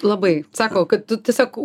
labai sako kad tu tiesiog